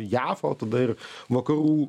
jav o tada ir vakarų